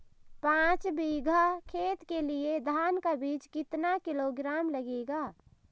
पाँच बीघा खेत के लिये धान का बीज कितना किलोग्राम लगेगा?